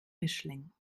mischling